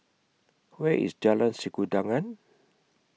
Where IS Jalan Sikudangan